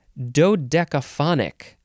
dodecaphonic